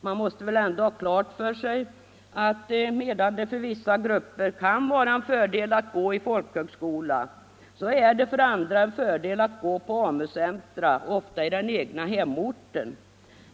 Man måste väl ändå ha klart för sig att det för vissa grupper kan vara en fördel att gå i folkhögskola medan det för andra är en fördel att gå på AMU-centra, ofta i den egna hemorten.